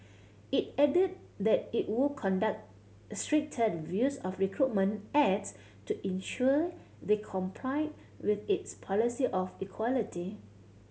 it added that it would conduct stricter reviews of recruitment ads to ensure they complied with its policy of equality